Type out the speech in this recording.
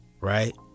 right